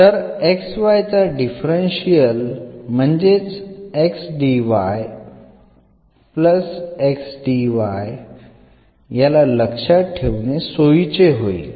तर xy चा differential म्हणजे याला लक्षात ठेवणे सोयीचे होईल